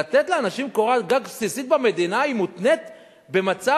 לתת לאנשים קורת גג בסיסית במדינה מותנית במצב,